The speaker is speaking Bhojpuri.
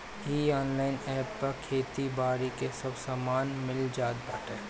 इ ऑनलाइन एप पे खेती बारी के सब सामान मिल जात बाटे